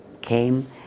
came